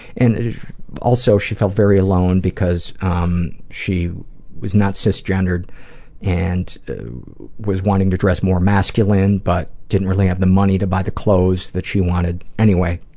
and also she felt very alone because um she was not cisgendered and was wanting to dress more masculine, but didn't really have the money to buy the clothes that she wanted.